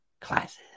classes